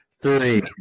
three